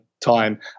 time